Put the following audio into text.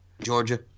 Georgia